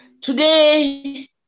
today